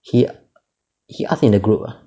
he he ask in the group ah